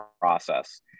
process